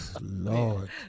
Lord